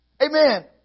Amen